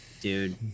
Dude